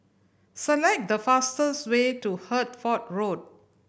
select the fastest way to Hertford Road